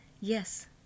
Yes